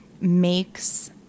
makes